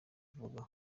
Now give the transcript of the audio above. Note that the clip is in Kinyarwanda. kuvuga